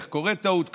איך קורית טעות כזאת,